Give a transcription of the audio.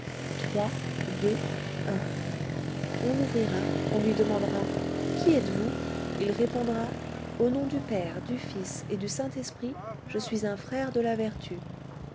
trois deux un on ouvrira on lui demandera qui êtes-vous il répondra au nom du père du fils et du saint-esprit je suis un frère de la vertu